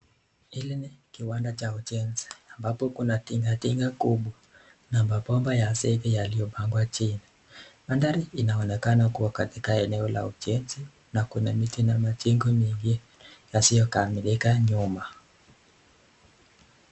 Hili ni kuwa ya ujengo ambapo Kuna tinga tinga kubwa na mabomba ya semi yalitopangwa chini. Mandhari inaonekana kuwa katika eneo la ujenzi na Kuna miti na mjengo mengine. Na sio kaaminika nyuma